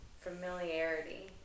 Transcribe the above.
Familiarity